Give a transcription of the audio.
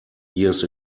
years